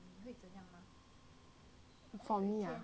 for me ah